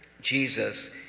Jesus